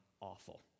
awful